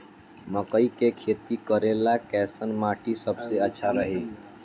मकई के खेती करेला कैसन माटी सबसे अच्छा रही?